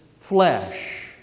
flesh